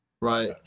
Right